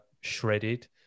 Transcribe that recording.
shredded